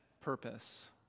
purpose